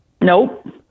Nope